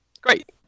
great